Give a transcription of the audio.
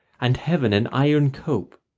and heaven an iron cope.